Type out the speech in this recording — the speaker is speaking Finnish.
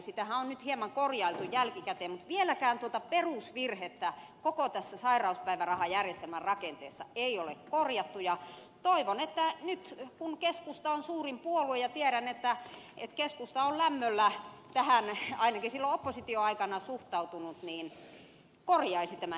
sitähän on hieman korjailtu jälkikäteen mutta vieläkään tuota perusvirhettä koko tässä sairauspäivärahajärjestelmän rakenteessa ei ole korjattu ja toivon että nyt kun keskusta on suurin puolue ja tiedän että keskusta on lämmöllä tähän ainakin silloin oppositioaikana suhtautunut se korjaisi tämän epäkohdan